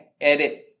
edit